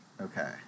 Okay